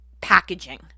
Packaging